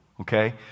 okay